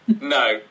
no